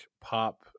pop